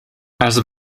also